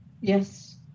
Yes